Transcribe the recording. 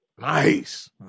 Nice